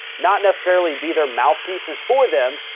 not necessarily be their mouthpieces for them,